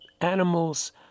animals